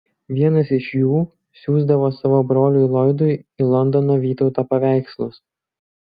vienas iš jų siųsdavo savo broliui loydui į londoną vytauto paveikslus